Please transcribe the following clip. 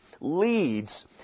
leads